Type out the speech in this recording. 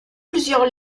plusieurs